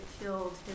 killed